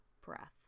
breath